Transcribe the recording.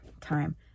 time